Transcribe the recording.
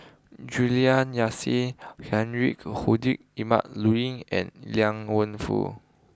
Juliana Yasin Heinrich Ludwig Emil Luering and Liang Wenfu